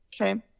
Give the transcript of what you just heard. okay